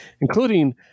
including